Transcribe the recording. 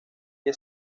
que